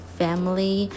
family